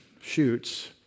shoots